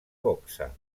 boxa